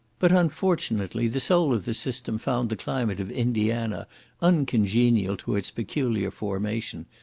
but unfortunately the soul of the system found the climate of indiana uncongenial to its peculiar formation,